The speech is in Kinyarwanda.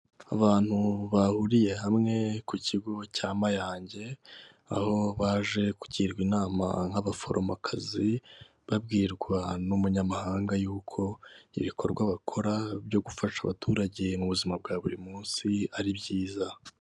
Abantu bahuriye hamwe ku kigo cya Mayange aho baje kugirwa inama nk'abaforomokazi, babwirwa n'umunyamahanga yuko ibikorwa bakora byo gufasha abaturage mu buzima bwa buri munsi ari byiza.